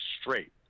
straight